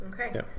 Okay